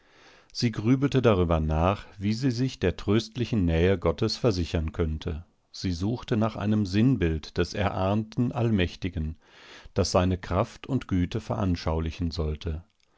sie grübelte darüber nach wie sie sich der tröstlichen nähe gottes versichern könnte sie suchte nach einem sinnbild des erahnten allmächtigen das seine kraft und güte veranschaulichen sollte